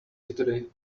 today